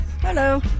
Hello